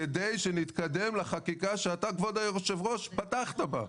כדי שנתקדם לחקיקה שאתה כבוד היו"ר פתחת בה.